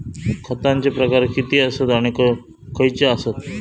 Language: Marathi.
खतांचे प्रकार किती आसत आणि खैचे आसत?